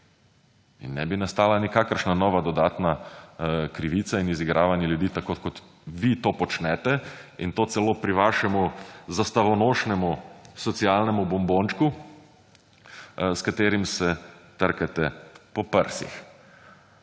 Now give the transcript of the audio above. in ne bi nastala nikakršna nova dodatna krivica in izigravanje ljudi, tako kot vi to počnete in to celo pri vašemu »zastavonošnemu« socialnemu bombončku, s katerim se trkate po prsih.